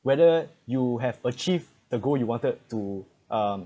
whether you have achieve the goal you wanted to um